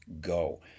go